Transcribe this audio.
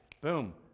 Boom